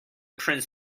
prince